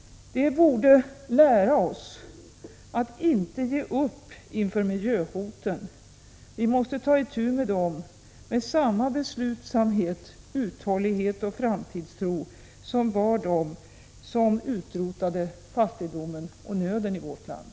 Det borde lära oss att inte ge upp inför miljöhoten. Vi måste ta itu med dem med samma beslutsamhet, uthållighet och framtidstro som bar dem som utrotade fattigdomen och nöden i vårt land.